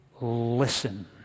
listen